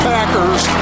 Packers